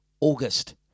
August